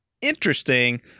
interesting